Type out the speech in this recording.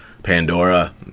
Pandora